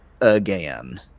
again